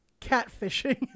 catfishing